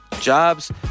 jobs